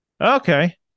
Okay